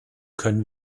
können